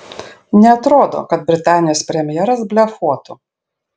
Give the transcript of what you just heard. neatrodo kad britanijos premjeras blefuotų